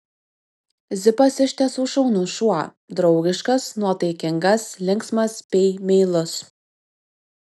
zipas iš tiesų šaunus šuo draugiškas nuotaikingas linksmas bei meilus